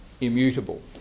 immutable